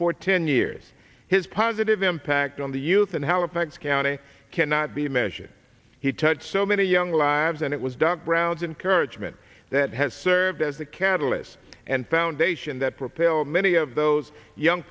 for ten years his positive impact on the youth and halifax county cannot be measured he touched so many young lives and it was doc brown encouragement that has served as the catalyst and foundation that propel many of those young